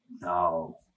No